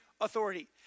authority